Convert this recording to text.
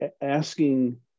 asking